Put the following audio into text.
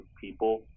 people